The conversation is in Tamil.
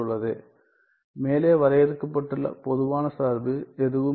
• மேலே வரையறுக்கப்பட்ட பொதுவான சார்பு எதுவும் இல்லை